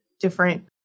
different